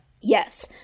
yes